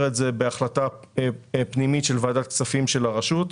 את זה בהחלטה פנימית של ועדת כספים של הרשות,